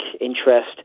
interest